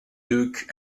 duke